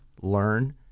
learn